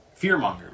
Fearmonger